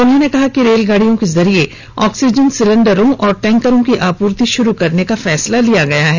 उन्होंने कहा कि रेलगाड़ियों के जरिए ऑक्सीजन सिलेंडरों और टैंकरों की आपूर्ति शुरू करने का फैसला लिया गया है